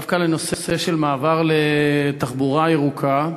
דווקא בנושא של מעבר לתחבורה ירוקה,